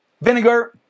vinegar